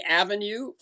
avenue